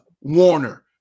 Warner